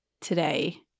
today